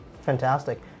fantastic